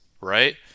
right